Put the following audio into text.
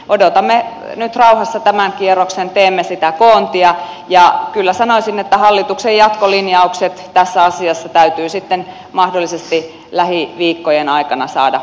odotamme nyt rauhassa tämän kierroksen teemme sitä koontia ja kyllä sanoisin että hallituksen jatkolinjaukset tässä asiassa täytyy sitten mahdollisesti lähiviikkojen aikana saada eteenpäin